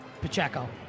Pacheco